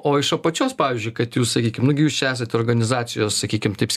o iš apačios pavyzdžiui kad jūs sakykim nu gi jūs čia esat organizacijos sakykim taip